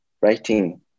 writing